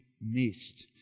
missed